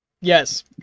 Yes